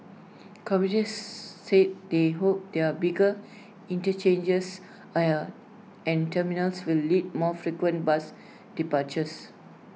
commuters said they hoped their bigger interchanges and A and terminals will lead more frequent bus departures